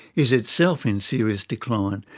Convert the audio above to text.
is itself in serious decline.